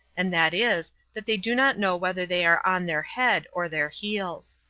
and that is, that they do not know whether they are on their head or their heels.